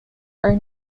are